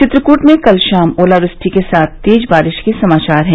चित्रकूट में कल शाम ओलावृष्टि के साथ तेज बारिश के समाचार हैं